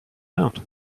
out